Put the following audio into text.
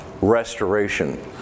restoration